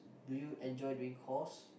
do you enjoy doing chores